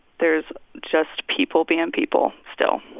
there's just people being um people still